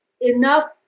enough